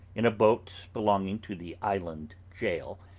in a boat belonging to the island jail,